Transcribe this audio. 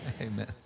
amen